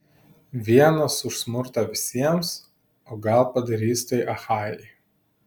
vienas už smurtą visiems o gal padarys tai achajai